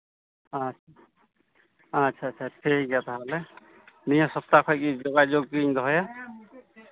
ᱟᱪᱪᱷᱟ ᱟᱪᱪᱷᱟ ᱴᱷᱤᱠ ᱜᱮᱭᱟ ᱛᱟᱦᱚᱞᱮ ᱱᱤᱭᱟᱹ ᱥᱚᱯᱛᱟᱦᱚ ᱠᱷᱚᱡ ᱜᱮ ᱡᱳᱜᱟᱡᱳᱜᱽ ᱤᱧ ᱫᱚᱦᱚᱭᱟ